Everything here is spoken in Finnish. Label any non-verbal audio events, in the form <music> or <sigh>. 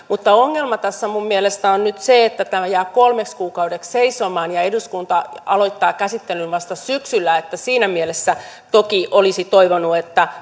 <unintelligible> mutta ongelma tässä minun mielestäni on nyt se että tämä jää kolmeksi kuukaudeksi seisomaan ja eduskunta aloittaa käsittelyn vasta syksyllä siinä mielessä toki olisi toivonut että <unintelligible>